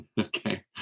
Okay